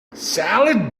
salad